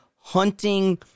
hunting